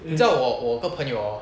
你知道我我个朋友 hor